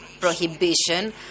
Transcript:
prohibition